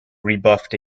rebuffed